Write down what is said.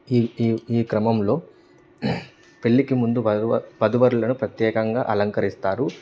ఈ ఈ ఈ క్రమంలో పెళ్ళికి ముందు బవ వధువరులను ప్రత్యేకంగా అలంకరిస్తారు